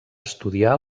estudiar